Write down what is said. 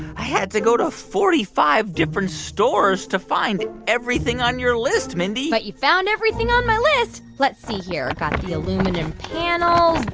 i had to go to forty five different stores to find everything on your list, mindy but you found everything on my list. let's see here. got the aluminum panels,